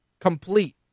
Complete